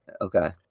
okay